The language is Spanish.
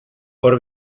por